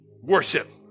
worship